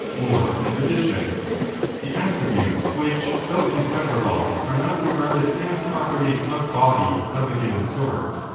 or a physician the attributes which, though in separable, are not regarded as properties of body of a given sort,